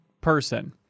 person